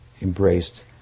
embraced